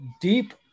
deep